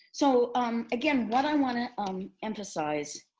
so um again, what i want to um emphasize